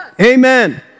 Amen